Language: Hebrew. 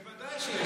בוודאי שיש